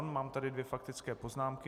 Mám tady dvě faktické poznámky.